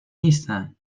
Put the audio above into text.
نیستن